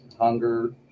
hunger